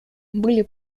были